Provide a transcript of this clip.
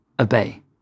obey